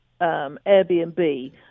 Airbnb